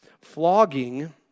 Flogging